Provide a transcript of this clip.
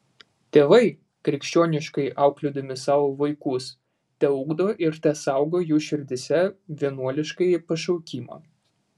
tėvai krikščioniškai auklėdami savo vaikus teugdo ir tesaugo jų širdyse vienuoliškąjį pašaukimą